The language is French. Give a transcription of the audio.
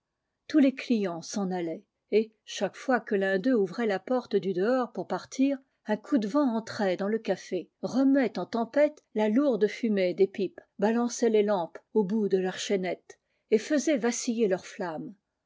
tous les clients s'en allaient et chaque fois que l'un d'eux ouvrait la porte du dehors pour partir un coup de vent entrait dans le café remuait en tempête la lourde fumée des pipes balançait les lampes au bout de leurs chaînettes et faisait vaciller leurs flammes